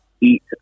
eat